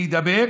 להידבק,